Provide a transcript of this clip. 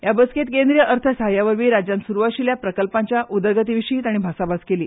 हे बसकेंत केंद्रीय अर्थ साह्या वरवीं राज्यांत सुरू आशिल्ल्या प्रकल्पांच्या उदरगती विशीं तांणी भासाभास केली